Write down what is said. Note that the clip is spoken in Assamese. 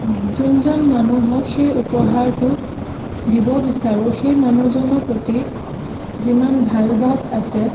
যোনজন মানুহক সেই উপহাৰটো দিব বিচাৰোঁ সেই মানুহজনৰ প্ৰতি যিমান ভাল ভাব আছে